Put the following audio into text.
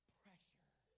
pressure